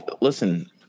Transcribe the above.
listen